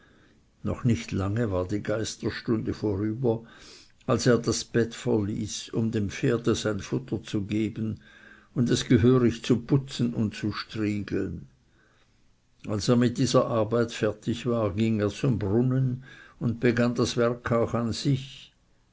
noch nicht lange war die geisterstunde vorüber als er das bett verließ um dem pferde sein futter zu geben und es gehörig zu putzen und zu striegeln als er mit dieser arbeit fertig war ging er zum brunnen und begann das werk auch an sich